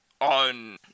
on